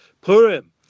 Purim